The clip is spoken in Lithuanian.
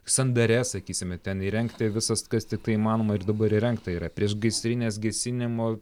sandarias sakysime ten įrengti visas kas tiktai įmanoma ir dabar įrengta yra priešgaisrinės gesinimo